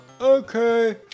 Okay